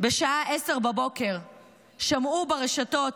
בשעה 10:00 שמעו ברשתות